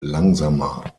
langsamer